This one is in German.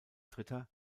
dritter